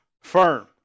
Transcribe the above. firm